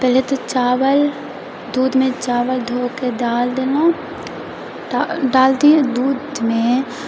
पहिले तऽ चावल दूधमे चावल धोके डाल देलहुँ तऽ डाल दिए दूधमे